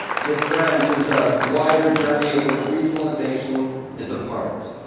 this, friends, is the wider journey of which regionalization is a part.